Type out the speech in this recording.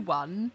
one